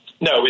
No